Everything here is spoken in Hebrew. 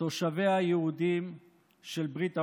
תושביה היהודים של ברית המועצות.